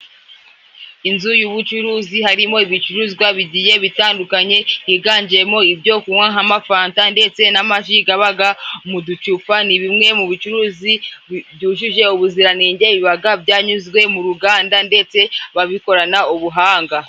Inzu y’ubucuruzi, harimo ibicuruzwa bigiye bitandukanye, higanjemo ibyo kunwa nkama Fanta ndetse n’amaji gabaga mu ducupa, ni bimwe mu bicuruzi byujuje ubuziranenge, bibaga byanyuzwe mu ruganda, ndetse babikorana ubuhanga.